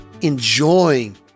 enjoying